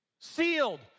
Sealed